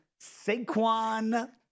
Saquon